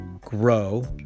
grow